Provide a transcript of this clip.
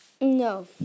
No